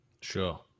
sure